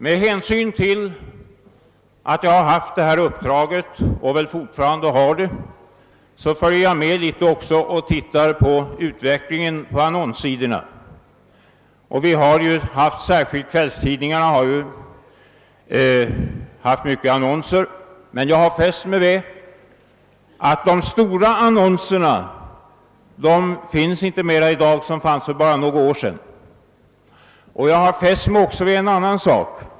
Med hänsyn till att jag har haft och fortfarande har det uppdrag jag inledningsvis nämnde följer jag med och tittar på utvecklingen på annonssidorna. Särskilt kvällstidningarna har haft mycket annonser om pornografiska alster, men jag har fäst mig vid att de stora. annonser som fanns för bara några år sedan finns inte mer i dag. Jag har också fäst mig vid en annan sak.